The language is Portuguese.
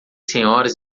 senhoras